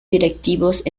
directivos